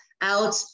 out